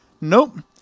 nope